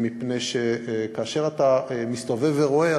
שכאשר אתה מסתובב ורואה,